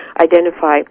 identify